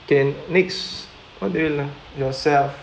K next is what do you love yourself